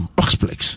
oxplex